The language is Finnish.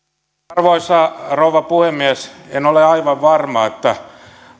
arvoisa rouva puhemies en ole aivan varma